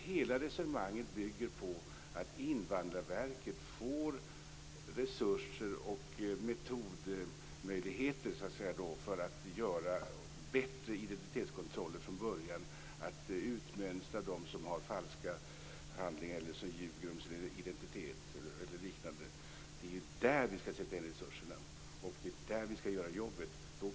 Hela resonemanget bygger på att Invandrarverket får resurser och metoder för att göra bättre identitetskontroller från början. På det viset kan man utmönstra dem som har falska handlingar eller som ljuger om sina identiteter. Det är ju där som resurserna skall sättas in och som jobbet skall göras.